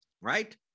right